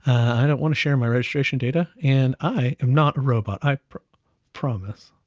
i don't want to share my registration data, and i am not a robot. i promise.